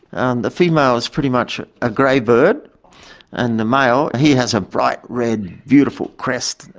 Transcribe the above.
and the female is pretty much a grey bird and the male, he has a bright red, beautiful crest,